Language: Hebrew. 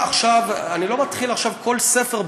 אני לא מתחיל עכשיו כל ספר,